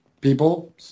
people